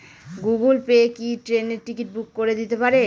Google pay কি ট্রেনের ticket booking করে দিতে পারে?